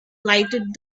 lighted